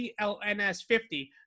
CLNS50